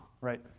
Right